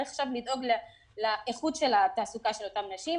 ולהתחיל לדאוג לאיכות של התעסוקה של אותן נשים,